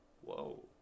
Whoa